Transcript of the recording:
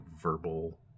verbal